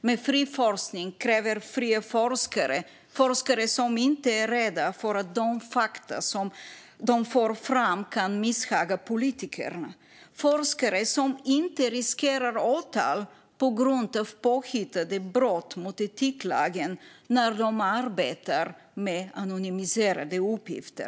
Men fri forskning kräver fria forskare - forskare som inte är rädda för att de fakta de får fram kan misshaga politikerna och forskare som inte riskerar åtal på grund av påhittade brott mot etiklagen när de arbetar med anonymiserade uppgifter.